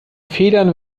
fehlern